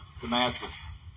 Damascus